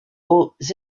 aux